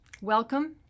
welcome